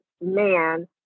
man